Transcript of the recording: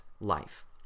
life